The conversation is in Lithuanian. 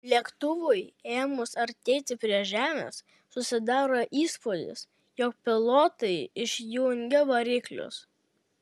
lėktuvui ėmus artėti prie žemės susidaro įspūdis jog pilotai išjungė variklius